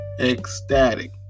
ecstatic